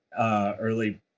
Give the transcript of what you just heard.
early